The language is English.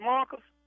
Marcus